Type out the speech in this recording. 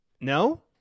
No